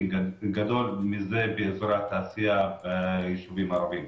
גדול מזה שבאזורי התעשייה ביישובים ערביים.